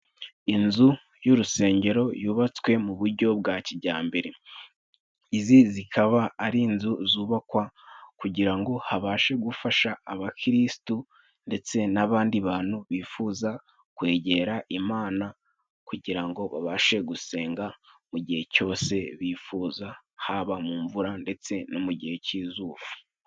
Inzu y'urusengero yubatswe mu buryo bwa kijyambere. Izi zikaba ari inzu zubakwa kugira ngo habashe gufasha abakirisitu ndetse n'abandi bantu bifuza kwegera Imana， kugira ngo babashe gusenga mu gihe cyose bifuza， haba mu mvura ndetse no mu gihe cy'izuba.